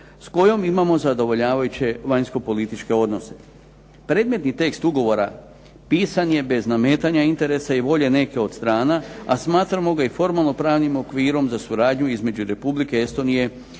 s kojom imamo zadovoljavajuće vanjsko-političke odnose. Predmetni tekst ugovora pisan je bez nametanja interesa i volje neke od strana a smatramo ga i formalno-pravnim okvirom za suradnju između Republike Estonije